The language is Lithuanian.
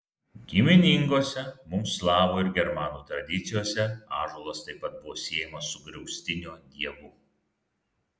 giminingose mums slavų ir germanų tradicijose ąžuolas taip pat buvo siejamas su griaustinio dievu